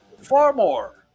Farmore